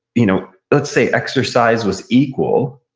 you know let's say exercise was equal.